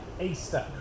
Easter